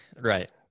Right